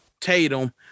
Tatum